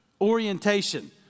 orientation